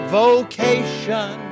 vocation